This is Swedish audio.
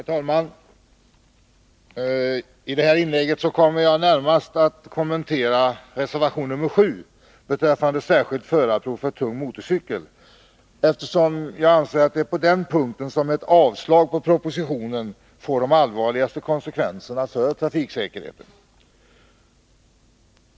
Herr talman! I det här inlägget kommer jag närmast att kommentera reservation nr 7 beträffande särskilt förarprov för tung motorcykel, eftersom jag anser att det är på den punkten som ett avslag på propositionen skulle få de allvarligaste konsekvenserna för trafiksäkerheten.